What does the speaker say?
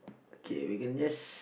okay we can just